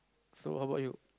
so how bout you